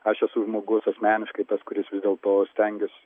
aš esu žmogus asmeniškai tas kuris vis dėl to stengiuos